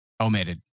omitted